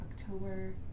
October